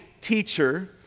teacher